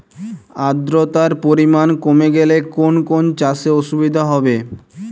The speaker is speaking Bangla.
আদ্রতার পরিমাণ কমে গেলে কোন কোন চাষে অসুবিধে হবে?